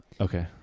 okay